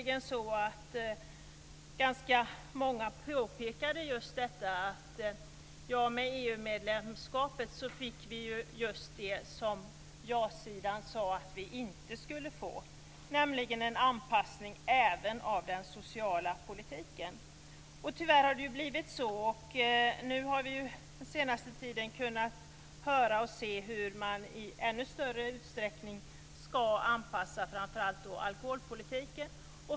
Ganska många påpekade detta att med EU medlemskapet fick vi just det som ja-sidan sade att vi inte skulle få, nämligen en anpassning även av den sociala politiken. Tyvärr har det blivit så. Den senaste tiden har vi kunnat höra och se hur man i ännu större utsträckning ska anpassa framför allt alkoholpolitiken.